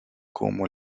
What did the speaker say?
como